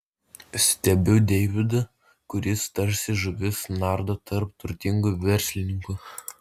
stebiu deividą kuris tarsi žuvis nardo tarp turtingų verslininkų